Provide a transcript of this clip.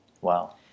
Wow